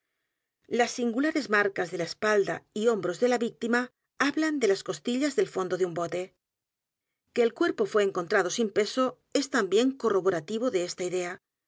las singulares marcas de la espalda y hombros de la víctima hablan de las costillas del fondo de un bote que el cuerpo fué encontrado sin peso es también corroborativo de esta idea